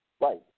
Right